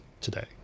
today